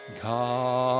God